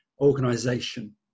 organization